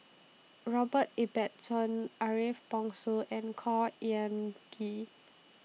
Robert Ibbetson Ariff Bongso and Khor Ean Ghee